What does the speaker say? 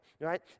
right